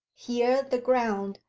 here the ground,